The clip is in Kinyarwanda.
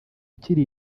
ukiri